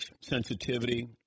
sensitivity